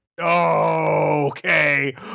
Okay